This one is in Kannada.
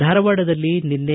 ಧಾರವಾಡದಲ್ಲಿ ನಿನ್ನೆ